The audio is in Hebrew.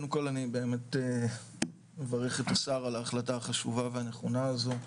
קודם כל אני באמת מברך את השר על ההחלטה החשובה והנכונה הזו,